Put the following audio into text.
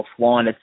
offline